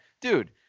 dude